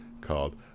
called